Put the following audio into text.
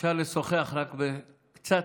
אפשר לשוחח, רק קצת,